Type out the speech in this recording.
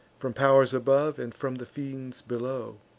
from pow'rs above, and from the fiends below.